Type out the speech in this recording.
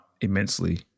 immensely